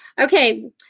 Okay